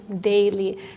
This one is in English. daily